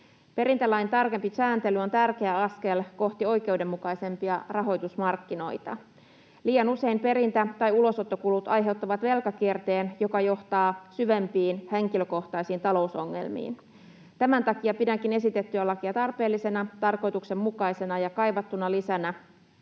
Perintälain tarkempi sääntely on tärkeä askel kohti oikeudenmukaisempia rahoitusmarkkinoita. Liian usein perintä- tai ulosottokulut aiheuttavat velkakierteen, joka johtaa syvempiin henkilökohtaisiin talousongelmiin. Tämän takia pidänkin esitettyä lakia tarpeellisena, tarkoituksenmukaisena ja kaivattuna lisänä,